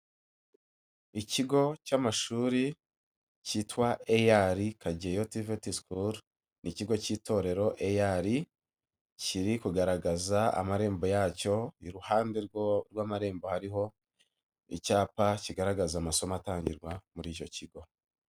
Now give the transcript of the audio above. Ikigo cy'amashuri cyitwa EAR Kageyo TVT school, ni ikigo cy'itorero EAR kiri kugaragaza amarembo yacyo, iruhande rw'amarembo hariho icyapa kigaragaza amasomo atangirwa muri icyo kigo.